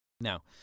Now